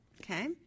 Okay